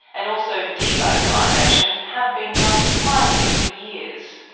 and also de-radicalisation have been running quietly for years.